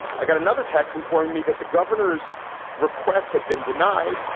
i got another text informing me that the governor's request had been denied.